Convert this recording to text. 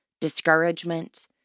discouragement